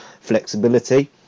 flexibility